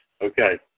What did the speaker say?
Okay